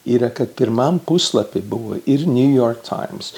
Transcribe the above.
yra kad pirmam puslapyje buvo ir niujork taims